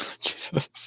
Jesus